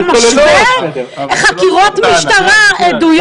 אתה משווה לחקירות משטרה, עדויות?